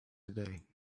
today